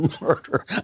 Murder